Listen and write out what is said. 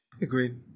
Agreed